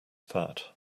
that